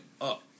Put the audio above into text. up